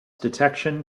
detection